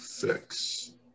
fix